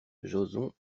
joson